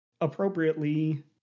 appropriately